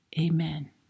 amen